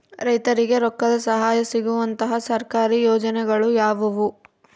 ರೈತರಿಗೆ ರೊಕ್ಕದ ಸಹಾಯ ಸಿಗುವಂತಹ ಸರ್ಕಾರಿ ಯೋಜನೆಗಳು ಯಾವುವು?